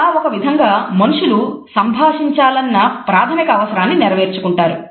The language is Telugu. ఇలా ఒక విధంగా మనుషులు సంభాషించాలన్న ప్రాథమిక అవసరాన్ని నెరవేర్చుకుంటారు